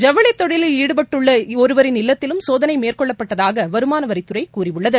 ஜவுளி தொழிலில் ஈடுபட்டுள்ள ஒருவரின் இல்லத்திலும் சோதனை மேற்கொள்ளப்பட்டதாக வருமான வரித்துறை கூறியுள்ளது